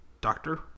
Doctor